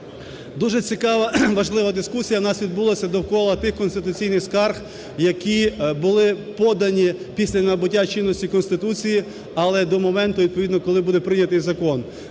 Дуже цікава важлива дискусія, в нас відбулася довкола тих конституційних скарг, які були подані після набуття чинності Конституції, але до моменту, відповідно коли буде прийнятий закон.